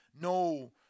no